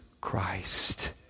Christ